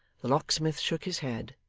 the locksmith shook his head,